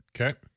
Okay